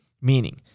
Meaning